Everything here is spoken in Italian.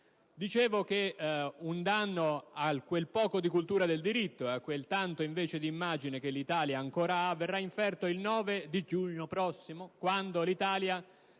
Dicevo che un danno a quel poco di cultura del diritto e a quel tanto di immagine che invece l'Italia ha ancora verrà inferto il 9 giugno prossimo, quando l'Italia